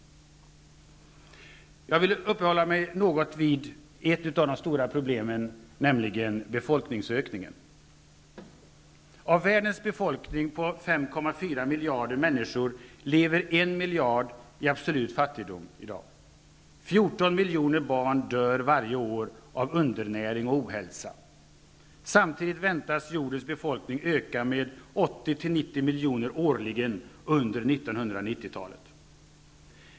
Jag vill uppehålla mig något vid ett av de stora problemen, nämligen befolkningsökningen. Av världens befolkning på 5,4 miljarder människor lever 1 miljard i absolut fattigdom i dag. 14 miljoner barn dör varje år av undernäring och ohälsa. Samtidigt väntas jordens befolkning öka med 80-- 90 miljoner årligen under 1990-talet.